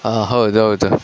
ಹಾಂ ಹೌದೌದು